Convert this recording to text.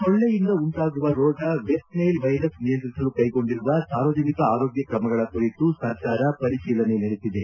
ಸೊಳ್ಳೆಯಿಂದ ಉಂಟಾಗುವ ರೋಗ West Nile virus ನಿಯಂತ್ರಿಸಲು ಕೈಗೊಂಡಿರುವ ಸಾರ್ವಜನಿಕ ಆರೋಗ್ಯ ಕ್ರಮಗಳ ಕುರಿತು ಸರ್ಕಾರ ಪರಿಶೀಲನೆ ನಡೆಸಿದೆ